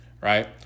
right